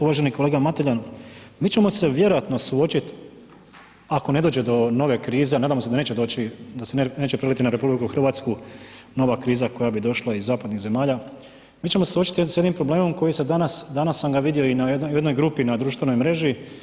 Uvaženi kolega Mateljan, mi ćemo se vjerojatno suočiti, ako ne dođe do nove krize, nadamo se da neće doći, da se neće preliti na RH nova kriza koja bi došla iz zapadnih zemalja, mi ćemo se suočiti s jednim problemom koji se danas, danas sam ga vidio i u jednoj grupi na društvenoj mreži.